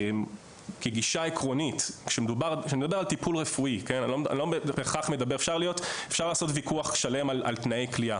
כגישה עקרונית: אפשר לעשות ויכוח שלם על תנאי כליאה